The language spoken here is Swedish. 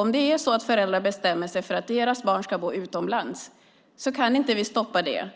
Om föräldrar bestämmer sig för att deras barn ska bo utomlands kan inte vi stoppa det